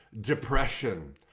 depression